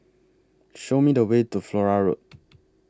Show Me The Way to Flora Road